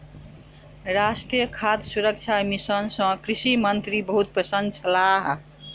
राष्ट्रीय खाद्य सुरक्षा मिशन सँ कृषि मंत्री बहुत प्रसन्न छलाह